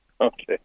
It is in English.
Okay